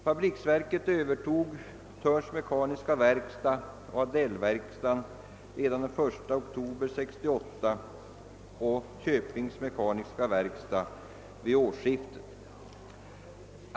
Fabriksverket övertog Thörns mekaniska verkstad och Aldellverken redan den 1 oktober 1968 och Köpings mekaniska verkstad vid årsskiftet.